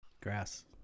Grass